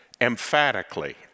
emphatically